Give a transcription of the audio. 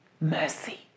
mercy